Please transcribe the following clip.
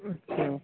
اچھا